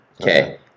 okay